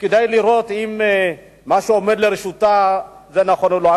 כדי לראות אם מה שעומד לרשותה נכון או לא.